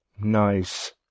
nice